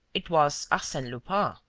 it was arsene lupin!